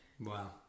Wow